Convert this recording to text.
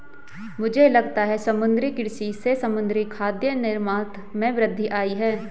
मुझे लगता है समुद्री कृषि से समुद्री खाद्य निर्यात में वृद्धि आयी है